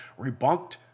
rebunked